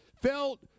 Felt